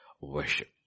worship